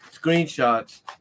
screenshots